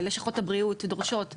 שלשכות הבריאות דורשות וטרינריה,